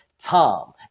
Tom